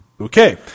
Okay